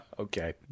Okay